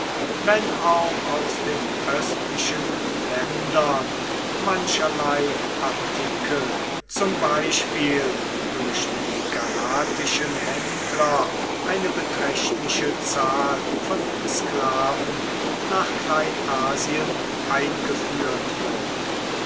wenn auch aus den östlichen ländern mancherlei artikel zum beispiel durch die galatischen händler eine beträchtliche zahl von sklaven nach kleinasien eingeführt wurden